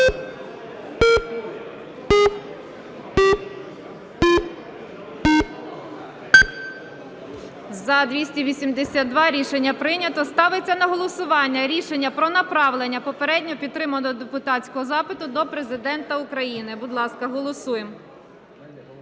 За-282 Рішення прийнято. Ставиться на голосування рішення про направлення попередньо підтриманого депутатського запиту до Президента України. Будь ласка, голосуємо.